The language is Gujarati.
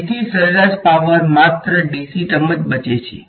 તેથી તેથી જ સરેરાશ પાવર માત્ર ડીસી ટર્મ જ બચે છે